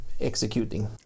executing